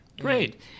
Great